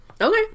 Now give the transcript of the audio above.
Okay